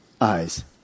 eyes